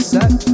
Set